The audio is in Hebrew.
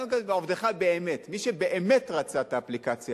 "לעבדך באמת" מי שבאמת רצה את האפליקציה